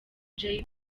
jay